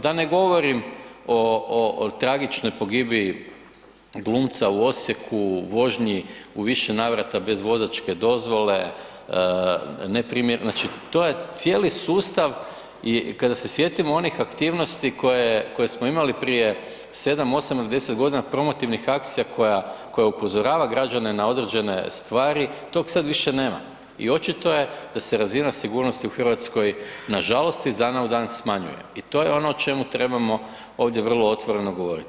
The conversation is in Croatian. Da ne govorim o tragičnoj pogibiji glumca u Osijeku, vožnji u više navrata bez vozačke dozvole, znači to je cijeli sustav i kada se sjetimo onih aktivnosti koje smo imali prije 7, 8 ili 10 g., promotivnih akcija koje upozorava građane na određene stvari, tog sad više nema i očito je da se razina sigurnosti u Hrvatskoj nažalost iz dana u dan smanjuje i to je ono o čemu trebamo ovdje vrlo otvoreno govoriti.